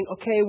okay